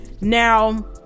now